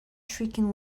shrieking